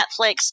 Netflix